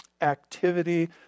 activity